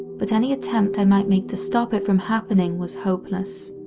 but any attempt i might make to stop it from happening was hopeless.